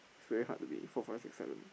it's very hard to be four five six seven